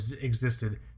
existed